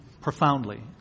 profoundly